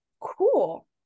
cool